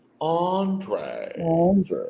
andre